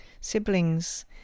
siblings